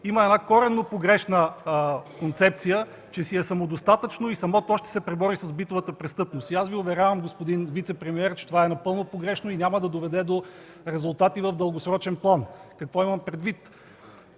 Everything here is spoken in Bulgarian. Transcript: има коренно погрешна концепция – че си е самодостатъчно и самό то ще се пребори с битовата престъпност. Уверявам Ви, господин вицепремиер, че това е напълно погрешно и няма да доведе до резултати в дългосрочен план. Какво имам предвид?